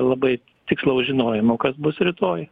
labai tikslaus žinojimo kas bus rytoj